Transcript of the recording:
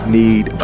need